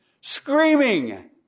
screaming